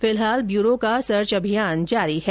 फिलहाल ब्यूरो का सर्च अभियान जारी है